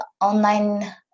online